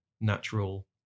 natural